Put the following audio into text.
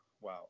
wow